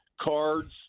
cards